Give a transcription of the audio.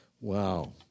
Wow